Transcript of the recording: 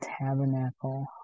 tabernacle